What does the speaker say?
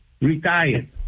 Retired